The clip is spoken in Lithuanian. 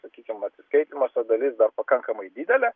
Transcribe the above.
sakykim atsiskaitymas o dalis pakankamai didelė